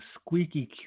squeaky